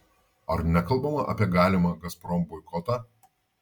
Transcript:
ar nekalbama apie galimą gazprom boikotą